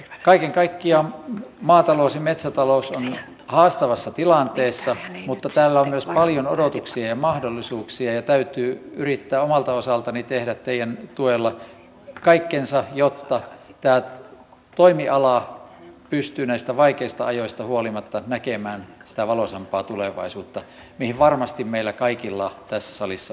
kaiken kaikkiaan maatalous ja metsätalous ovat haastavassa tilanteessa mutta täällä on myös paljon odotuksia ja mahdollisuuksia ja minun täytyy yrittää omalta osaltani tehdä teidän tuellanne kaikkeni jotta tämä toimiala pystyy näistä vaikeista ajoista huolimatta näkemään sitä valoisampaa tulevaisuutta mihin varmasti meillä kaikilla tässä salissa olevilla on vilpitön halu